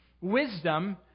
Wisdom